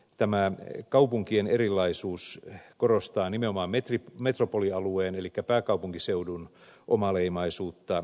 tämä kaupunkien erilaisuus korostaa nimenomaan metropolialueen elikkä pääkaupunkiseudun omaleimaisuutta